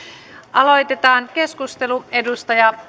aloitetaan keskustelu edustaja